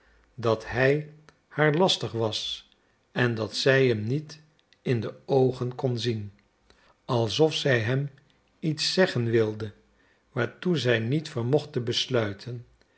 dat hij haar lastig was en dat zij hem niet in de oogen kon zien alsof zij hem iets zeggen wilde waartoe zij niet vermocht te besluiten